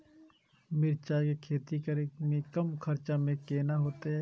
मिरचाय के खेती करे में कम खर्चा में केना होते?